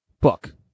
book